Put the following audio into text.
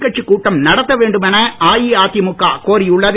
கட்சிக் கூட்டம் நடத்தவேண்டுமென அஇஅதிமுக கோரியுள்ளது